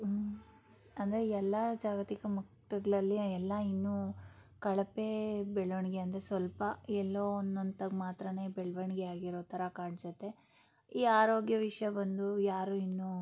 ಅಂದರೆ ಎಲ್ಲ ಜಾಗತಿಕ ಮಟ್ಟಗಳಲ್ಲಿ ಎಲ್ಲ ಇನ್ನೂ ಕಳಪೆ ಬೆಳವಣಿಗೆ ಅಂದರೆ ಸ್ವಲ್ಪ ಎಲ್ಲೋ ಒಂದು ಹಂತಾಗ ಮಾತ್ರನೇ ಬೆಳವಣ್ಗೆ ಆಗಿರೋ ಥರ ಕಾಣ್ಸುತ್ತೆ ಈ ಆರೋಗ್ಯ ವಿಷಯ ಬಂದ್ರೂ ಯಾರೂ ಇನ್ನೂ